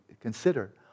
Consider